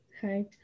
Hi